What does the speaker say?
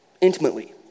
intimately